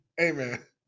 Amen